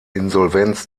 insolvenz